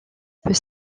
peut